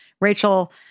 Rachel